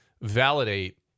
validate